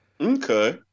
Okay